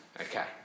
Okay